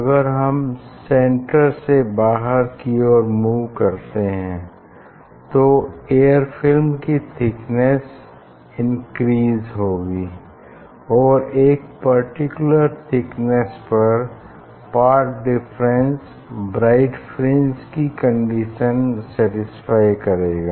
अगर हम सेंटर से बाहर की ओर मूव करते हैं तो एयर फिल्म की थिकनेस इनक्रीज़ होगी और एक पर्टिकुलर थिकनेस पर पाथ डिफरेंस ब्राइट फ्रिंज की कंडीशन सैटिस्फाई करेगा